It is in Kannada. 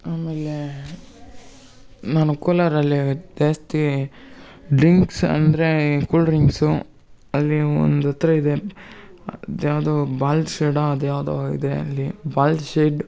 ಆಮೇಲೆ ನಾನು ಕೋಲಾರಲ್ಲಿ ಜಾಸ್ತಿ ಡ್ರಿಂಕ್ಸ್ ಅಂದರೆ ಕೂಲ್ ಡ್ರಿಂಕ್ಸು ಅಲ್ಲಿ ಒಂದು ಉತ್ರ ಇದೆ ಅದು ಯಾವ್ದೊ ಬಾಲ್ಸೈಡಾ ಅದು ಯಾವುದೋ ಇದೆ ಅಲ್ಲಿ ಬಾಲ್ಶೆಡ್